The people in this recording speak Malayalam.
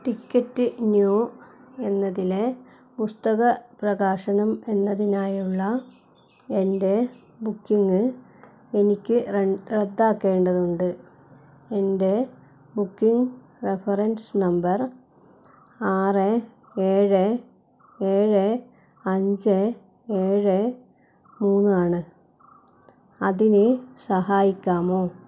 ടിക്കറ്റ് ന്യൂ എന്നതിലെ പുസ്തകപ്രകാശനം എന്നതിനായുള്ള എൻറ്റെ ബുക്കിങ്ങ് എനിക്ക് റദ്ദാക്കേണ്ടതുണ്ട് എൻറ്റേ ബുക്കിങ് റഫറൻസ് നമ്പർ ആറ് എഴ് എഴ് അഞ്ച് ഏഴ് മൂന്നാണ് അതിന് സഹായിക്കാമോ